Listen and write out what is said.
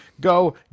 go